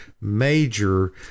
major